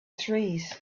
trees